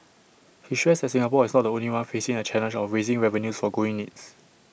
he stressed that Singapore is not the only one facing the challenge of raising revenues for growing needs